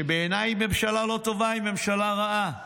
שבעיניי היא ממשלה לא טובה, היא ממשלה רעה,